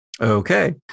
Okay